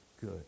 good